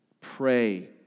Pray